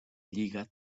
lliga